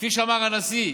כפי שאמר הנשיא,